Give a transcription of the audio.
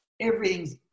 everything's